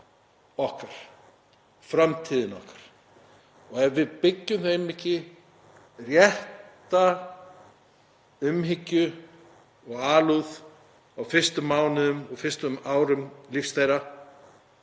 okkar, framtíðina okkar. Ef við sýnum þeim ekki rétta umhyggju og alúð á fyrstu mánuðunum og fyrstu árum lífs þeirra